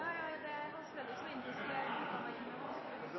er det mye som